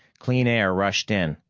clean air rushed in,